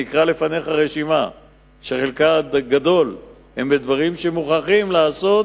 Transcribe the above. ואני אקרא בפניך רשימה שחלקה הגדול כולל דברים שמוכרחים לעשות